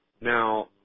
Now